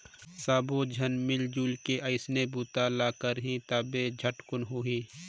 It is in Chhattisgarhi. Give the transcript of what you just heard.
सब्बो झन मिलजुल के ओइसने बूता ल करही तभे झटकुन होही